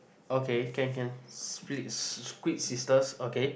okay can can split squid sisters okay